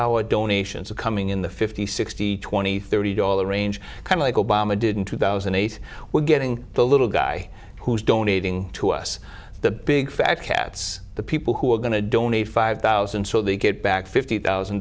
our donations are coming in the fifty sixty twenty thirty dollar range kind of like obama didn't two thousand and eight we're getting the little guy who's donating to us the big fat cats the people who are going to donate five thousand so they get back fifty thousand